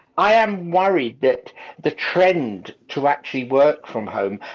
i am worried that the trend to actually work from home,